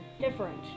different